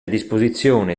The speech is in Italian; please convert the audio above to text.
disposizione